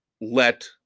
let